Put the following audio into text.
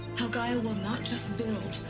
how gaia will not just build.